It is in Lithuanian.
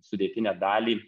sudėtinę dalį